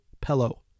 pillow